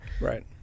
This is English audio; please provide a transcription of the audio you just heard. right